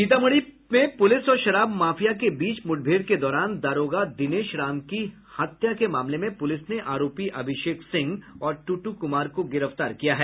सीतामढ़ी में प्रुलिस और शराब माफिया के बीच मुठभेड़ के दौरान दारोगा दिनेश राम की हत्या के मामले में पुलिस ने आरोपी अभिषेक सिंह और टुटु कुमार को गिरफ्तार किया है